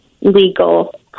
legal